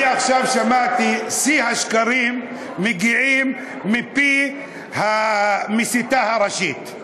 שמעתי עכשיו את שיא השקרים מפי המסיתה הראשית.